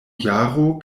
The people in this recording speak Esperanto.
jaro